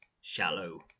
shallow